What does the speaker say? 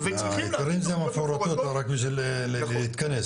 ההיתרים זה מפורטות רק בשביל להתכנס,